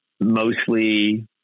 mostly